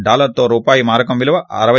డాలర్తో రూపాయి మారకం విలువ రూ